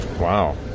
Wow